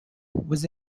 was